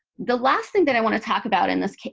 the last thing that i want to talk about in this